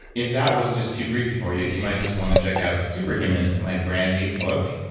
if that was just too freaky for you, you might just want to check out superhuman my brand new book.